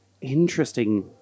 Interesting